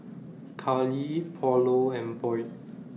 Carly Paulo and Boyd